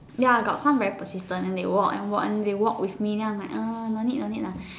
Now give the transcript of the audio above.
ya got some very persistent then they will walk and walk and they walk with me then I'm like uh no need no need lah